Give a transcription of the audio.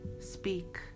speak